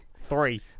three